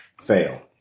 fail